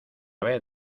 vez